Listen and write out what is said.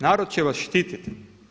Narod će vas štitit.